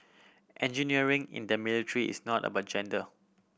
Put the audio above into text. engineering in the military is not about gender